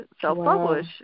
self-publish